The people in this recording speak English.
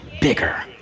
bigger